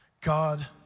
God